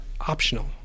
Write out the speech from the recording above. optional